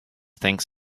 thinks